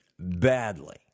Badly